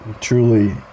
Truly